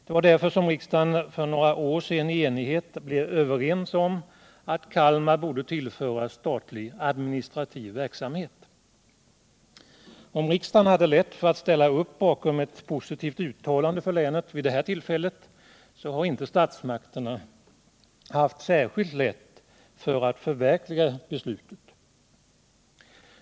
Det var därför som = regionala försäkvi i riksdagen för några år sedan blev eniga om att Kalmar borde tillföras — ringsrätter statlig administrativ verksamhet. Om riksdagen hade lätt för att ställa upp bakom ett positivt uttalande för länet vid det tillfället så har inte statsmakterna haft särskilt lätt för att förverkliga beslutet.